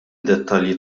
dettalji